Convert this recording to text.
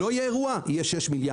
לא יהיה אירוע יהיה 6 מיליארד,